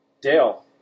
Dale